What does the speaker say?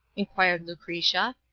inquired lucretia.